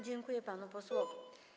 Dziękuję panu posłowi.